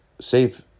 safe